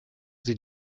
sie